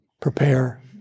prepare